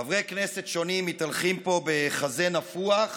חברי כנסת שונים מתהלכים פה בחזה נפוח,